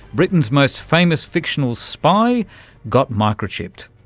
britain's most famous fictional spy got micro-chipped,